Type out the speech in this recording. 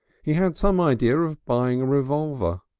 he had some idea of buying a revolver.